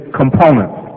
components